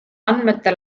andmetel